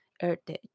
heritage